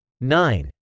nine